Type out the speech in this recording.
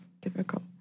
difficult